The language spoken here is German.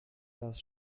das